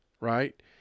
right